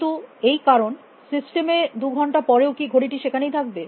কিন্তু এই কারণ সিস্টেমে 2 ঘন্টা পরেও কী ঘড়ি টি সেখানেই থাকবে